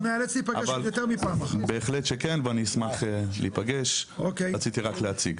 רציתי רק להציג.